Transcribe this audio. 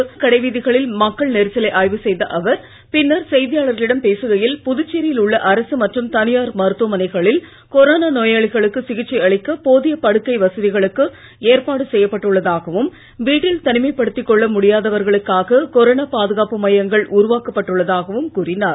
தொடர்ந்து கடைவீதிகளில் மக்கள் நெரிசலை ஆய்வு செய்த அவர் பின்னர் செய்தியாளர்களிடம் பேசுகையில் புதுச்சேரியில் உள்ள அரசு மற்றும் தனியார் மருத்துவமனைகளில் கொரோனா நோயாளிகளுக்கு சிகிச்சை அளிக்க போதிய படுக்கை வசதிகளுக்கு ஏற்பாடு செய்யப்பட்டு உள்ளதாகவும் வீட்டில் தனிமைப்படுத்திக் கொள்ள முடியாதவர்களுக்காக கொரோனா பாதுகாப்பு மையங்கள் உருவாக்கப்பட்டு உள்ளதாகவும் கூறினார்